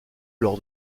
lors